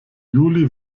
juli